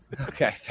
Okay